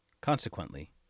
Consequently